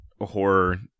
horror